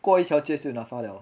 过一条街是 N_A_F_A liao lor